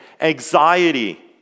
anxiety